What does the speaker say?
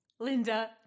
Linda